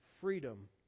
freedom